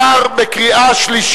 נתקבל.